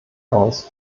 aus